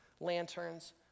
lanterns